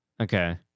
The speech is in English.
okay